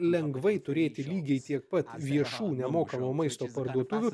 lengvai turėti lygiai tiek pat viešų nemokamo maisto parduotuvių